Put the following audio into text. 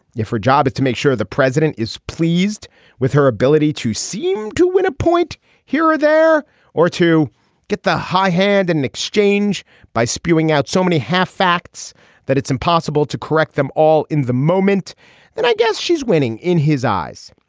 if her job is to make sure the president is pleased with her ability to seem to win a point here or there or to get the high hand and in exchange by spewing out so many half facts that it's impossible to correct them all in the moment then i guess she's winning in his eyes.